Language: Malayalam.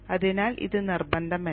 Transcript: അതിനാൽ ഇത് നിർബന്ധമല്ല